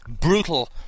brutal